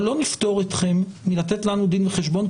אבל לא נפתור אתכם מלתת לנו דין וחשבון,